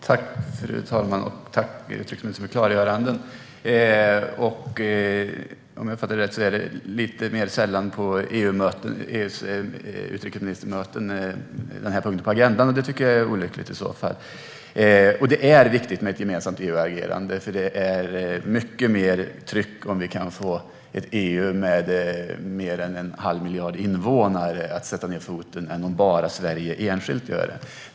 Fru talman! Tack, utrikesministern, för klargörandena! Om jag uppfattade det rätt är den här punkten på agendan uppe lite mer sällan på EU:s utrikesministermöten, och det tycker jag i så fall är olyckligt. Det är viktigt med ett gemensamt EU-agerande, för det är mycket mer effektivt om vi kan få ett EU med mer än en halv miljard invånare att sätta ned foten än om Sverige gör det enskilt.